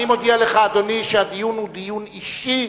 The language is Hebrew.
אני מודיע לך, אדוני, שהדיון הוא דיון אישי.